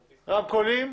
רמקולים,